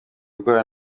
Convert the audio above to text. ukora